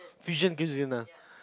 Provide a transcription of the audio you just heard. fusion cuisine ah